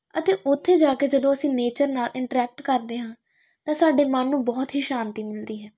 ਅਤੇ ਉੱਥੇ ਜਾ ਕੇ ਜਦੋਂ ਅਸੀਂ ਨੇਚਰ ਨਾਲ ਇੰਟਰੈਕਟ ਕਰਦੇ ਹਾਂ ਤਾਂ ਸਾਡੇ ਮਨ ਨੂੰ ਬਹੁਤ ਹੀ ਸ਼ਾਂਤੀ ਮਿਲਦੀ ਹੈ